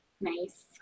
Nice